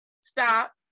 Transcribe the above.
stop